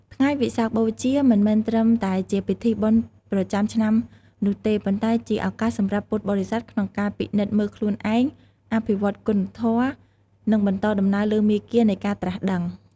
ថ្ងៃវិសាខបូជា មិនមែនគ្រាន់តែជាពិធីបុណ្យប្រចាំឆ្នាំនោះទេ ប៉ុន្តែជាឱកាសសម្រាប់ពុទ្ធបរិស័ទក្នុងការពិនិត្យមើលខ្លួនឯង អភិវឌ្ឍគុណធម៌ និងបន្តដំណើរលើមាគ៌ានៃការត្រាស់ដឹង។